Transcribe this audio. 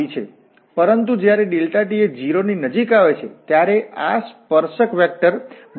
પરંતુ જ્યારે t એ 0 ની નજીક આવે છે ત્યારે આ સ્પર્શક વેક્ટર બનશે